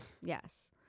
Yes